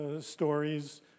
stories